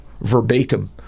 verbatim